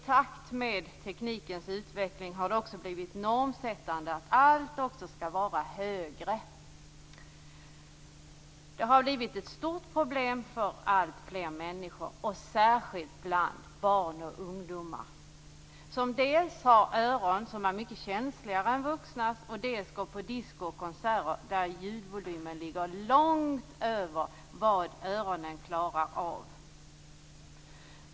I takt med teknikens utveckling har det också blivit normsättande att allt skall vara högre. Detta har blivit ett stort problem för alltfler människor, särskilt bland barn och ungdomar. Dels har de känsligare öron än vuxna, dels går de på disko och konserter där ljudvolymen ligger långt över vad öronen klarar av.